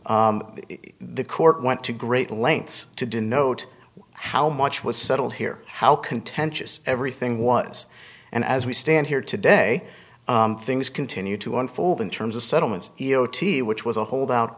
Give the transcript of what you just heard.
panel the court went to great lengths to denote how much was settled here how contentious everything was and as we stand here today things continue to unfold in terms of settlements e o t which was a holdout